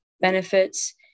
benefits